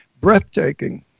Breathtaking